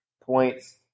points